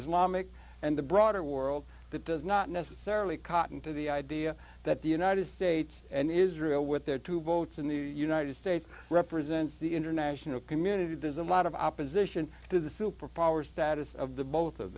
islamic and the broader world that does not necessarily cotton to the idea that the united states and israel with their two votes in the united states represents the international community does a lot of opposition to the superpower status of the both of